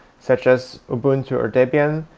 such as ubuntu or debian,